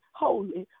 holy